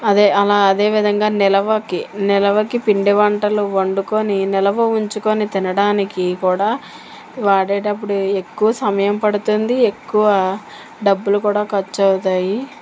అదే అలా అదేవిధంగా నిలవకి నిలవకి పిండి వంటలు వండుకుని నిలవ ఉంచుకుని తినడానికి కూడా వాడేటప్పుడు ఎక్కువ సమయం పడుతుంది ఎక్కువ డబ్బులు కూడా ఖర్చు అవుతాయి